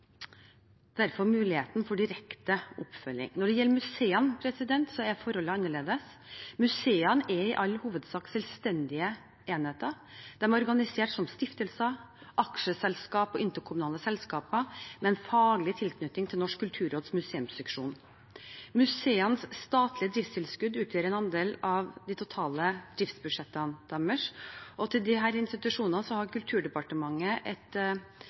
derfor mulighet for direkte oppfølging. Når det gjelder museene, er forholdet annerledes. Museene er i all hovedsak selvstendige enheter. De er organisert som stiftelser, aksjeselskap og interkommunale selskaper med en faglig tilknytning til Norsk kulturråds museumsseksjon. Museenes statlige driftstilskudd utgjør en andel av deres totale driftsbudsjett. Overfor disse institusjonene har Kulturdepartementet et